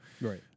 Right